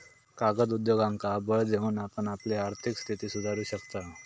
कागद उद्योगांका बळ देऊन आपण आपली आर्थिक स्थिती सुधारू शकताव